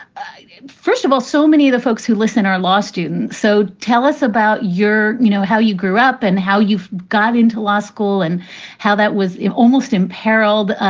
first of all, so many of the folks who listen, our law student. so tell us about your you know, how you grew up and how you got into law school and how that was almost imperilled.